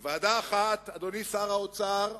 בוועדה אחת, אדוני שר האוצר,